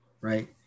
right